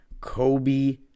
Kobe